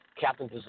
Captain